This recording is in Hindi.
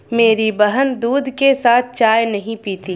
मेरी बहन दूध के साथ चाय नहीं पीती